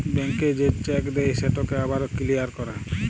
ব্যাংকে যে চ্যাক দেই সেটকে আবার কিলিয়ার ক্যরে